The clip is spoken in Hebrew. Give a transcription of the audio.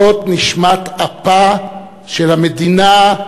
זאת נשמת אפה של המדינה,